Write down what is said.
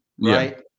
Right